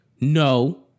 no